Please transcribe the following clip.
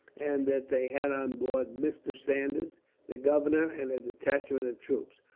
and that they had on board mr. saunders, the governor, and a detachment of troops.